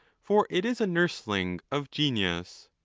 for it is a nursling of genius.